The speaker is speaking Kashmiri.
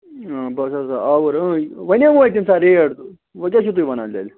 بہٕ حظ آسہٕ ہا آوُر ؤنٮ۪و ہَے تَمہِ ساتہٕ ریٹ تہٕ وۅنۍ کیٛاہ چھُو تُہِۍ ونان تیٚلہِ